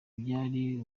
byari